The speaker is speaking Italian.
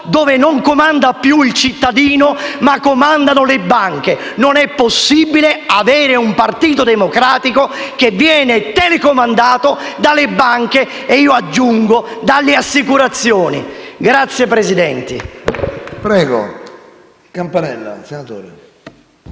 dove non comanda più il cittadino, ma le banche. Non è possibile avere un Partito Democratico che viene telecomandato dalle banche e - aggiungo - dalle assicurazioni. *(Applausi della